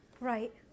Right